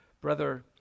Brother